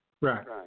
Right